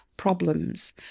problems